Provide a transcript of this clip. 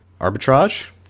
Arbitrage